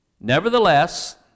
Nevertheless